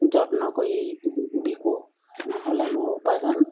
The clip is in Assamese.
যত্ন কৰি বিকোঁ নহ'লে মোৰ উপাৰ্জন